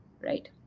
right